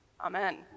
Amen